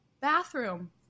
bathroom